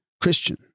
Christian